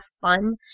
fun